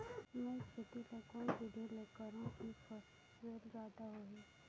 मै खेती कोन बिधी ल करहु कि फसल जादा होही